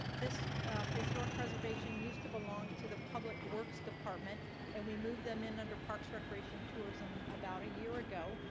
this historic preservation used to belong to the public works department and we moved them in under parks recreation tourism about a year ago,